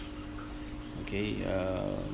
okay err